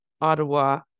Ottawa